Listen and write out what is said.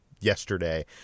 yesterday